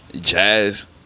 jazz